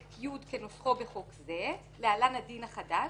י' כנוסחו בחוק זה (להלן: הדין החדש),